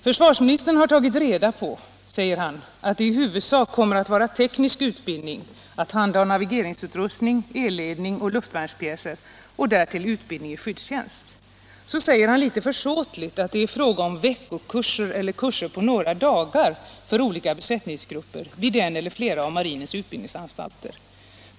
Försvarsministern har tagit reda på, säger han, att det i huvudsak kommer att vara teknisk utbildning i att handha navigeringsutrustning, eldledning och luftvärnspjäser, och därtill utbildning i skyddstjänst. Så säger han litet försåtligt att det är fråga om veckokurser eller kurser på några dagar för olika besättningsgrupper vid en eller flera av marinens utbildningsanstalter.